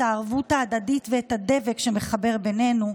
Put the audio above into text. הערבות ההדדית ואת הדבק שמחבר בינינו,